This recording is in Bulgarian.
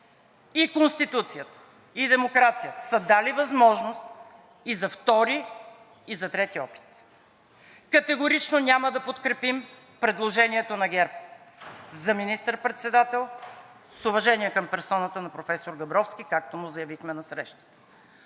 И Конституцията, и демокрацията са дали възможност и за втори, и за трети опит. Категорично няма да подкрепим предложението на ГЕРБ за министър-председател, с уважение към персоната на професор Габровски, както му заявихме на срещата,